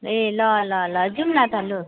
ए ल ल ल जाऔँ न त लु